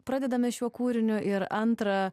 pradedame šiuo kūriniu ir antra